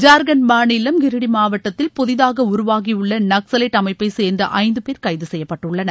ஜார்க்கண்ட் மாநிலம் கிரிடி மாவட்டத்தில் புதிதாக உருவாகியுள்ள நக்சலைட் அமைப்பை சேர்ந்த ஐந்து பேர் கைது செய்யப்பட்டுள்ளனர்